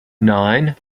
nine